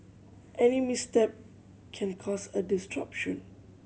any misstep can cause a